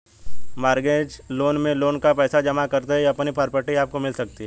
mortgage loan में loan का पैसा जमा करते ही अपनी प्रॉपर्टी आपको मिल सकती है